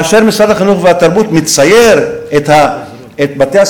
כאשר משרד החינוך והתרבות מצייר את בתי-הספר